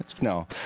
No